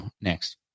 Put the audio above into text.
next